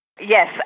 Yes